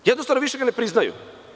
Jednostavno više ga ne priznaju.